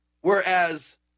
Whereas